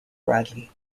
bradley